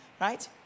right